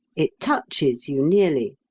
it touches you nearly.